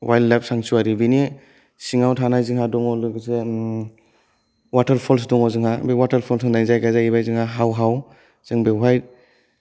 wildlife sanctuary बेनि सिङाव थानाय जोंहा दङ लोगोसे वाटारफल्स दङ जोंहा बे वाटारफल्स होन्नाय जायगाया जाहैबाय जोंना हाव हाव जों बेयावहाय